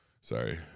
sorry